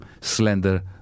slender